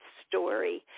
story